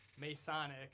masonic